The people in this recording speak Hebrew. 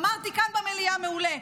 אמרתי כאן במליאה, מעולה.